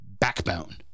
backbone